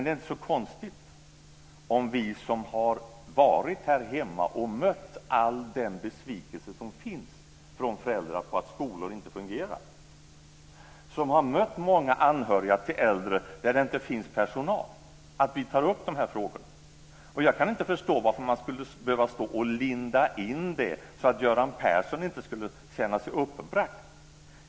Det är inte så konstigt om vi tar upp de frågorna, vi som har varit här hemma och mött all den besvikelse som finns från föräldrar på att skolor inte fungerar, som har mött många anhöriga till äldre där det inte finns personal. Jag kan inte förstå varför man skulle behöva linda in det, så att Göran Persson inte skulle känna sig uppbragt.